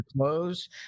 close